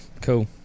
cool